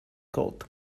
called